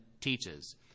teaches